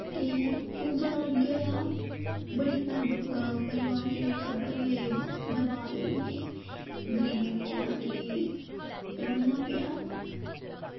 ते उस दरान केह् होएआ बड़े फैम परिवार होए टब्बर होए बरबाद होई गे गरीबी बिच्च उ'नें कि मतलब कि रुलना पेआ